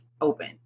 open